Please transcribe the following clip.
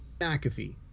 mcafee